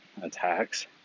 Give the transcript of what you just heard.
attacks